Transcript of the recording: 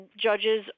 judges